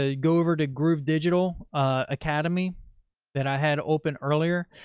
ah go over to groove, digital academy that i had open earlier.